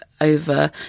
over